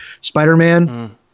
Spider-Man